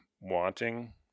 wanting